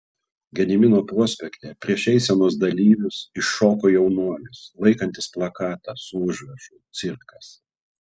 gedimino prospekte prieš eisenos dalyvius iššoko jaunuolis laikantis plakatą su užrašu cirkas